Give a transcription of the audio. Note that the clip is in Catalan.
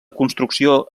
construcció